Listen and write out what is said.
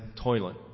toilet